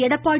Edappadi